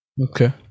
okay